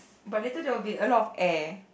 but later there will be a lot of air